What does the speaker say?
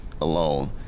alone